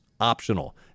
optional